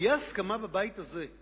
שתהיה הסכמה בבית הזה,